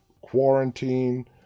Quarantine